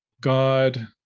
God